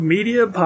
Media